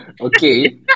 Okay